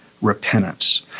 repentance